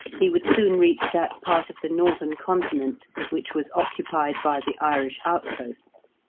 he would soon reach that part of the northern continent which was occupied by the irish outposts.